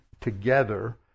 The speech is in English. together